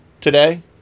today